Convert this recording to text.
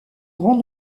grand